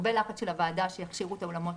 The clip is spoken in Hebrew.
הרבה לחץ של הוועדה שיכשירו את האולמות